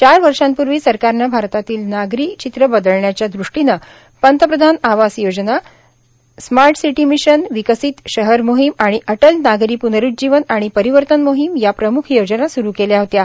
चार वर्षापूर्वी सरकारनं भारतातील नागरी चित्र बदलन्याच्या दृष्टीनं पंतप्रधान आवास योजना नागरी स्मार्ट सिटी मिशन विकसित शहर मोहीम आणि अटल नागरी प्नरूज्जीवन आणि परिवर्तन मोहीम या प्रम्ख योजना सुरू केल्या होत्या